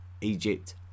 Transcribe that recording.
Egypt